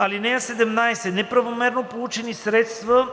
цели. (17) Неправомерно получени средства,